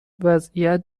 وضعیت